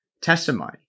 testimony